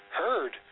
heard